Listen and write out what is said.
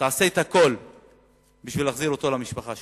תעשה את הכול להחזיר אותו למשפחה שלו.